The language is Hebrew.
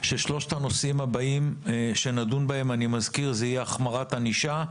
ששלושת הנושאים הבאים שנדון בהם יהיו: החמרת ענישה,